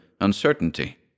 uncertainty